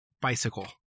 bicycle